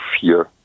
fear